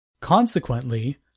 Consequently